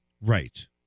Right